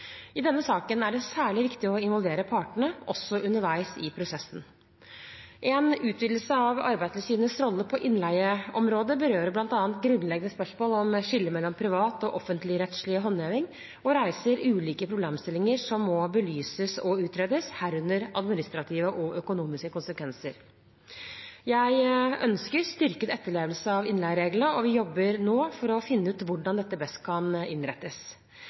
I denne saken er det særlig viktig å involvere partene, også underveis i prosessen. En utvidelse av Arbeidstilsynets rolle på innleieområdet berører bl.a. grunnleggende spørsmål om skillet mellom privat- og offentligrettslig håndheving og reiser ulike problemstillinger som må belyses og utredes, herunder administrative og økonomiske konsekvenser. Jeg ønsker styrket etterlevelse av innleiereglene, og vi jobber nå for å finne ut hvordan dette best kan innrettes.